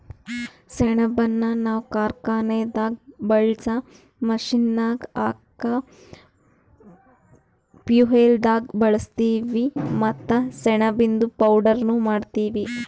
ಸೆಣಬನ್ನ ನಾವ್ ಕಾರ್ಖಾನೆದಾಗ್ ಬಳ್ಸಾ ಮಷೀನ್ಗ್ ಹಾಕ ಫ್ಯುಯೆಲ್ದಾಗ್ ಬಳಸ್ತೀವಿ ಮತ್ತ್ ಸೆಣಬಿಂದು ಪೌಡರ್ನು ಮಾಡ್ತೀವಿ